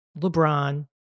LeBron